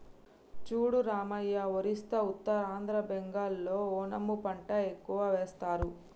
చూడు రామయ్య ఒరిస్సా ఉత్తరాంధ్ర బెంగాల్లో ఓనము పంట ఎక్కువ వేస్తారు